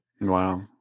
Wow